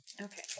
Okay